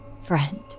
friend